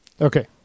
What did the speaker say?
Okay